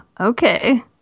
Okay